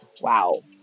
Wow